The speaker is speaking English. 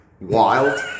wild